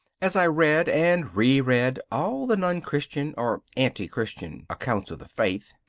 as i read and re-read all the non-christian or anti-christian accounts of the faith,